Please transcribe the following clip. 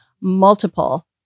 multiple